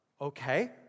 okay